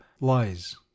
lies